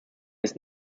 ist